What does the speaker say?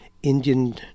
Indian